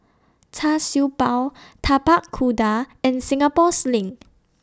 Char Siew Bao Tapak Kuda and Singapore Sling